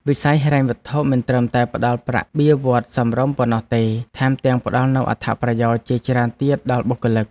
វិស័យហិរញ្ញវត្ថុមិនត្រឹមតែផ្តល់ប្រាក់បៀវត្សរ៍សមរម្យប៉ុណ្ណោះទេថែមទាំងផ្តល់នូវអត្ថប្រយោជន៍ជាច្រើនទៀតដល់បុគ្គលិក។